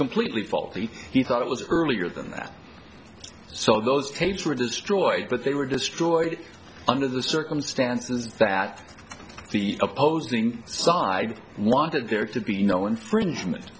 completely faulty he thought it was earlier than that so those tapes were destroyed but they were destroyed under the circumstances that the opposing side wanted there to be no infringement